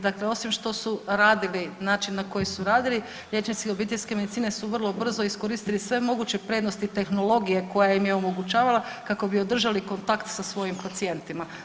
Dakle, osim što su radili, način na koji su radili liječnici obiteljske medicine su vrlo brzo iskoristili sve moguće prednosti tehnologije koja im je omogućavala kako bi održali kontakt sa svojim pacijentima.